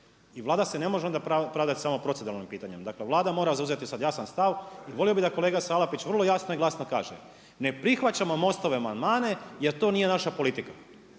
I Vlada se ne može onda pravdati samo proceduralnim pitanjem, dakle Vlada mora zauzeti sad jasan stav i volio bi da kolega Salapić vrlo jasno i glasno kaže ne prihvaćamo MOST-ove amandmane jer to nije naša politika.